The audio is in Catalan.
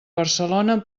barcelona